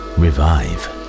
revive